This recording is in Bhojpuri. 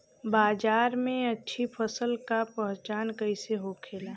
बाजार में अच्छी फसल का पहचान कैसे होखेला?